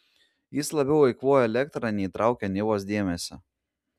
jis labiau eikvojo elektrą nei traukė nivos dėmesį